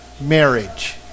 marriage